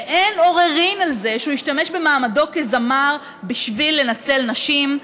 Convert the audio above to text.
אין עוררין על זה שהוא השתמש במעמדו כזמר בשביל לנצל נשים,